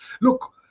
Look